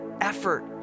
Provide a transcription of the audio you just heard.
effort